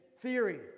theory